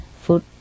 food